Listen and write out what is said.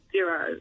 Zero